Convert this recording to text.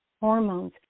hormones